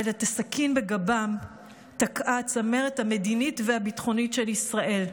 אבל את הסכין בגבם תקעה הצמרת המדינית והביטחונית של ישראל,